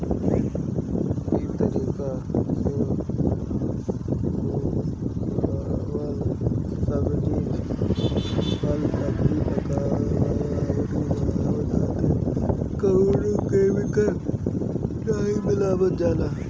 इ तरीका से उगावल फल, सब्जी के पकावे अउरी बढ़ावे खातिर कवनो केमिकल नाइ मिलावल जाला